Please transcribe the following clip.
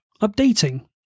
updating